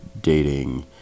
dating